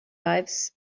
lives